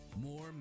More